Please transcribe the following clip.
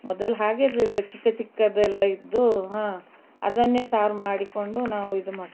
ಮೊದಲು ಹಾಗಿರಲಿಲ್ಲ ಚಿಕ್ಕ ಚಿಕ್ಕದ್ದೆಲ್ಲ ಇದ್ದು ಹಾಂ ಅದನ್ನೇ ಸಾರು ಮಾಡಿಕೊಂಡು ನಾವು ಇದು ಮಾಡ್ತಾ